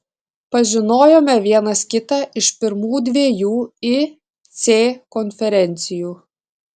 pažinojome vienas kitą iš pirmų dviejų ic konferencijų